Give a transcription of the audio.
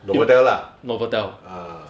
novotel ah ah